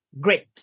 great